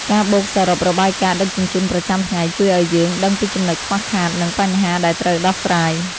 ការបូកសរុបរបាយការណ៍ដឹកជញ្ជូនប្រចាំថ្ងៃជួយឱ្យយើងដឹងពីចំណុចខ្វះខាត និងបញ្ហាដែលត្រូវដោះស្រាយ។